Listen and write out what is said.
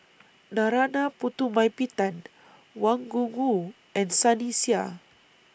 Narana Putumaippittan Wang Gungwu and Sunny Sia